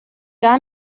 gar